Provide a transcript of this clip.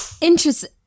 Interesting